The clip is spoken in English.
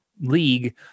league